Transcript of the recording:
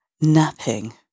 napping